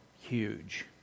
huge